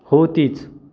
हो तीच